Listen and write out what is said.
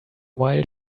while